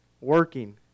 Working